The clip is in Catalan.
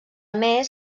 més